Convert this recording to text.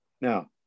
Now